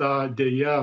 tą deja